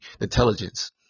intelligence